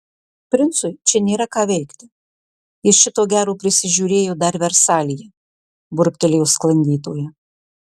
princui čia nėra ką veikti jis šito gero prisižiūrėjo dar versalyje burbtelėjo sklandytoja